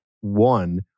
one